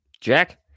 Jack